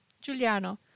giuliano